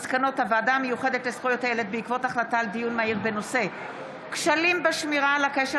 מסקנות הוועדה המיוחדת לזכויות הילד בעקבות דיון מהיר בהצעתם של